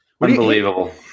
Unbelievable